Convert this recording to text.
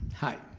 hi.